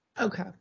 Okay